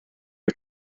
mae